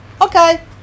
Okay